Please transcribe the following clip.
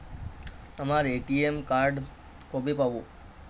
আমার ATM card কবে পাব?